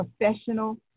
professional